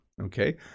okay